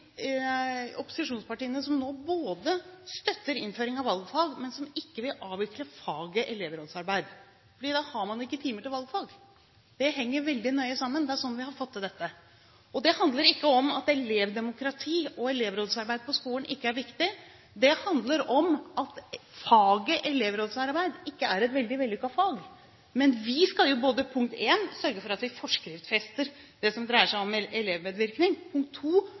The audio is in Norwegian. opposisjonspartiene som nå støtter innføring av valgfag, men som ikke vil avvikle faget elevrådsarbeid, for da har man ikke timer til valgfag. Det henger veldig nøye sammen, det er slik vi har fått til dette. Det handler ikke om at elevdemokrati og elevrådsarbeid på skolen ikke er viktig. Det handler om at faget elevrådsarbeid ikke er et veldig vellykket fag. Men vi skal både – punkt 1 – sørge for at vi forskriftsfester det som dreier seg om elevmedvirkning, og – punkt